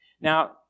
Now